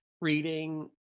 reading